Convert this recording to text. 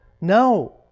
No